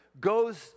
goes